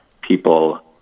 people